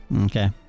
Okay